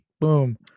Boom